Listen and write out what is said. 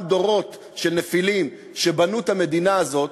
דורות של נפילים שבנו את המדינה הזאת.